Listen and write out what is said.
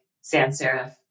sans-serif